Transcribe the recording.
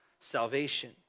salvation